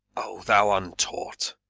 o thou untaught!